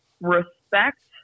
respect